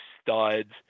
studs